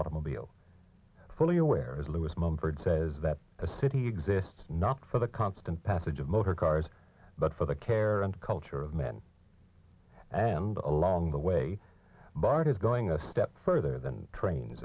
automobile fully aware as lewis mumford says that a city exists not for the constant passage of motor cars but for the care and culture man and along the way bart is going a step further than trains